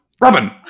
Robin